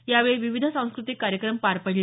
यावेळी विविध सांस्कृतिक कार्यक्रम पार पडले